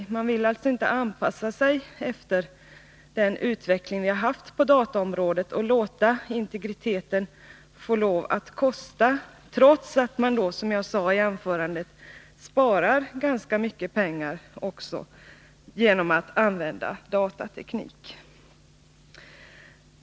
De borgerliga vill alltså inte anpassa sig efter den utveckling som varit på dataområdet och låta integriteten kosta, trots att det går att, som jag sade i mitt anförande, spara ganska mycket pengar också genom att använda datateknik.